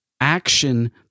action